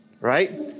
right